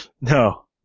no